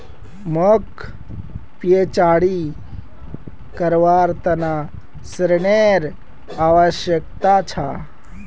मौक पीएचडी करवार त न ऋनेर आवश्यकता छ